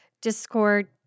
Discord